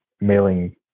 mailing